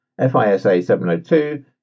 FISA-702